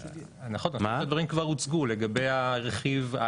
הדברים כבר הוצגו לגבי הרכיב?